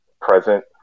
present